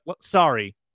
sorry